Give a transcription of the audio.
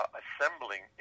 assembling